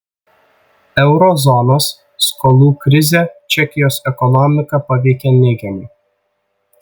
euro zonos skolų krizė čekijos ekonomiką paveikė neigiamai